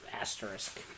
asterisk